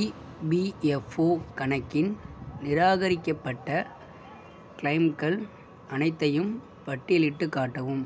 EPFO கணக்கின் நிராகரிக்கப்பட்ட க்ளைம்கள் அனைத்தையும் பட்டியலிட்டுக் காட்டவும்